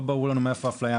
לא ברור לנו מאיפה האפליה.